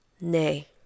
Nay